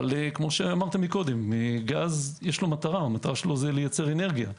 אבל כאמור גז מטרתו לייצר אנרגיה.